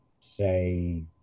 Say